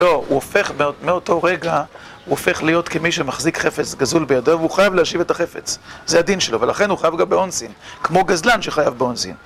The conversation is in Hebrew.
לא, הוא הופך מאותו רגע, הוא הופך להיות כמי שמחזיק חפץ גזול בידו, והוא חייב להשיב את החפץ. זה הדין שלו, ולכן הוא חייב גם בעונשין, כמו גזלן שחייב בעונשין.